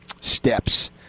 steps